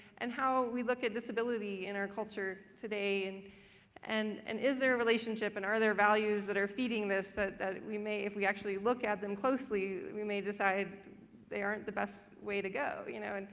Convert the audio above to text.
and how we look at disability in our culture today and and and is is there a relationship and are there values that are feeding this that that we may, if we actually look at them closely, we may decide they aren't the best way to go, you know? and